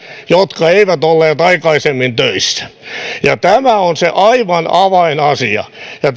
jotka eivät olleet aikaisemmin töissä ovat saaneet töitä tämä on se aivan avainasia ja